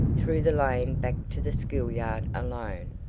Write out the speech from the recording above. through the lane back to the schoolyard alone,